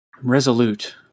resolute